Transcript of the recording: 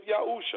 Yahusha